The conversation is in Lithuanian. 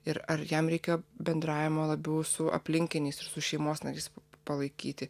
ir ar jam reikia bendravimo labiau su aplinkiniais ir su šeimos nariais palaikyti